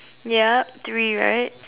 yup three right